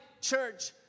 church